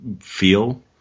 feel